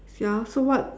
ya so what